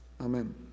Amen